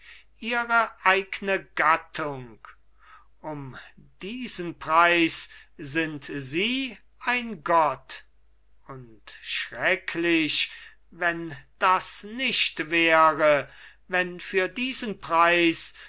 ihre eigne gattung um diesen preis sind sie ein gott und schrecklich wenn das nicht wäre wenn für diesen preis